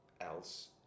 else